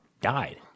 died